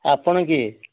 ଆପଣ କିଏ